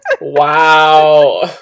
Wow